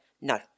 No